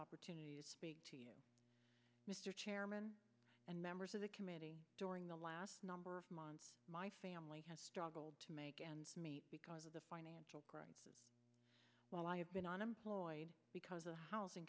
opportunity to speak to you mr chairman and members of the committee during the last number of months my family has struggled to make ends meet because of the financial crisis while i have been unemployed because